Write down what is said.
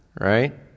right